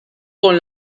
con